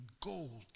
gold